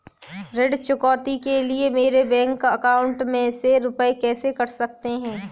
ऋण चुकौती के लिए मेरे बैंक अकाउंट में से रुपए कैसे कट सकते हैं?